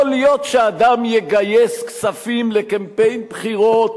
יכול להיות שאדם יגייס כספים לקמפיין בחירות